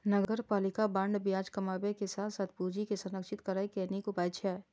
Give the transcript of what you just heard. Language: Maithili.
नगरपालिका बांड ब्याज कमाबै के साथ साथ पूंजी के संरक्षित करै के नीक उपाय छियै